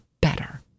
better